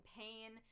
pain